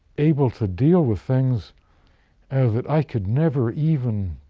able to deal with things as i could never even